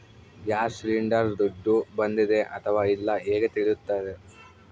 Gas cylinder ದುಡ್ಡು ಬಂದಿದೆ ಅಥವಾ ಇಲ್ಲ ಹೇಗೆ ತಿಳಿಯುತ್ತದೆ?